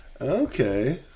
Okay